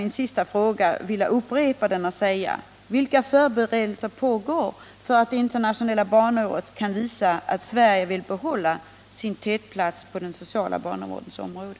Jag skulle i stort sett vilja upprepa min sista fråga och säga: Vilka förberedelser pågår för att det internationella barnåret skall kunna visa att Sverige vill behålla sin tätplats på den sociala barnavårdens område?